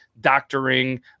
doctoring